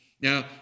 Now